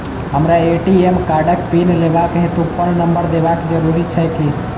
हमरा ए.टी.एम कार्डक पिन लेबाक हेतु फोन नम्बर देबाक जरूरी छै की?